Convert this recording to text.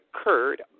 occurred